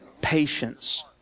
patience